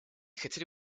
хотели